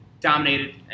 Dominated